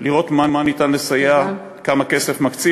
לראות במה ניתן לסייע, כמה כסף מקצים.